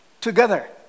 Together